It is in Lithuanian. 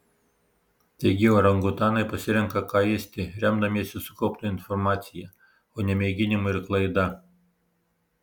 taigi orangutanai pasirenka ką ėsti remdamiesi sukaupta informacija o ne mėginimu ir klaida